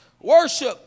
Worship